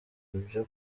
ibyo